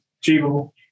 achievable